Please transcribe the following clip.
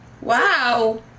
Wow